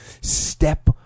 step